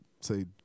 say